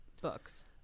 books